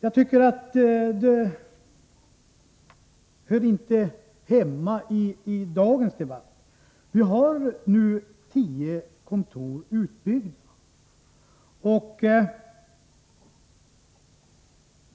Jag tycker inte att det argumentet hör hemma i dagens debatt. Det finns ju nu tio kontor utbyggda, och